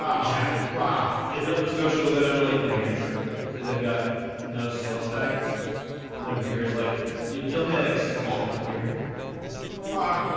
um exactly wow and nova scotia will go down to lake new hampshire because they've got no sales tax and their beer is like you'll you'll pay like sixty cents a beer huh?